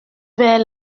vers